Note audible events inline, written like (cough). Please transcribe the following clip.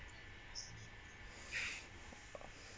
(breath)